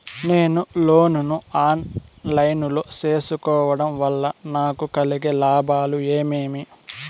నేను లోను ను online లో సేసుకోవడం వల్ల నాకు కలిగే లాభాలు ఏమేమీ?